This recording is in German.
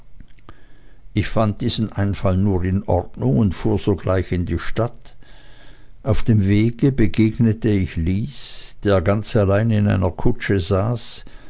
ich fand diesen einfall nur in der ordnung und fuhr sogleich in die stadt auf dem wege begegnete ich lys der ganz allein in einer kutsche saß